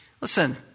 Listen